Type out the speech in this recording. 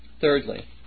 Thirdly